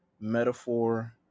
Metaphor